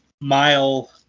mile